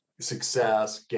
success